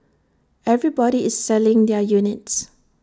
everybody is selling their units